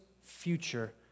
future